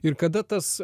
ir kada tas